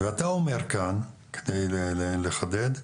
אתה אומר כאן, על מנת לחדד,